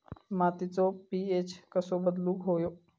मातीचो पी.एच कसो बदलुक होयो?